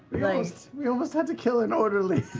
we almost had to kill an orderly.